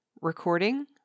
Recording